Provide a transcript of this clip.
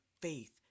faith